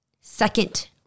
second